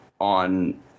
on –